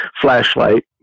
flashlight